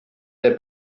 der